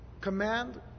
command